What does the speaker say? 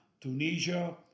Tunisia